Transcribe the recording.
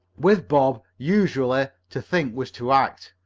with bob, usually, to think was to act.